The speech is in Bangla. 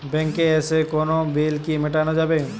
ব্যাংকে এসে কোনো বিল কি মেটানো যাবে?